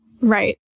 Right